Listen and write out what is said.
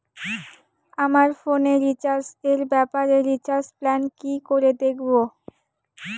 আমার ফোনে রিচার্জ এর ব্যাপারে রিচার্জ প্ল্যান কি করে দেখবো?